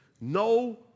No